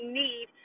need